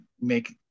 make